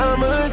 I'ma